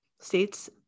states